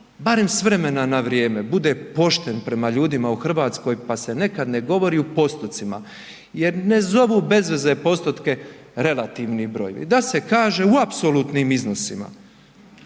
barem s vremena na vrijeme bude pošten prema ljudima u Hrvatskoj pa se nekad ne govori u postotcima jer ne zovu bez veze postotke relativni brojevi, da se kaže u apsolutnim iznosima,